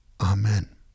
Amen